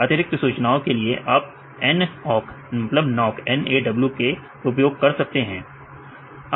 अतिरिक्त सूचनाओं के लिए आप nawk उपयोग कर सकते हैं